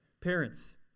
Parents